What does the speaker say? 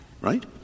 right